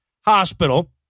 hospital